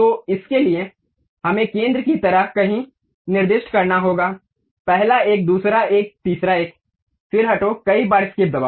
तो इसके लिए हमें केंद्र की तरह कहीं निर्दिष्ट करना होगा पहला एक दूसरा एक तीसरा एक फिर हटो कई बार एस्केप दबाओ